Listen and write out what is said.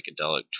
psychedelic